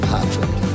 Patrick